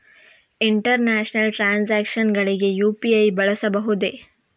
International transactions ಗಳಿಗೆ UPI ಬಳಸಬಹುದೇ?